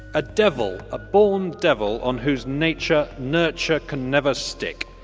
a devil, a born devil, on whose nature nurture can never stick.